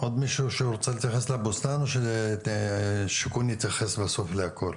משרד השיכון יתייחס בסוף להכל.